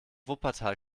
wuppertal